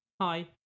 Hi